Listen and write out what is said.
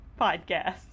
podcast